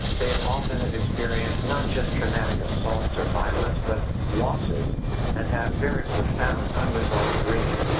they and often have experienced not just traumatic assaults or violence, but losses and have very profound unresolved grief.